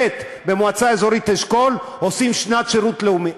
במועצה אזורית אשכול עושים שנת שירות לאומי,